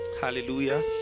hallelujah